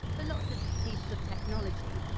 but lots of pieces of technology.